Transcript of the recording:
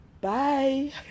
bye